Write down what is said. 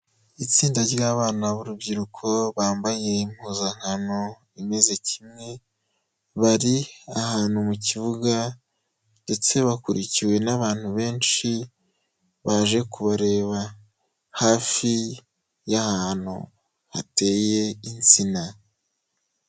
Itsinda ry'abana b'urubyiruko bambaye impuzankano imeze kimwe, bari ahantu mu kibuga ndetse bakurikiwe n'abantu benshi baje kubareba hafi y'ahantu hateye insina.